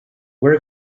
where